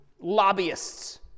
lobbyists